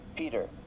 Peter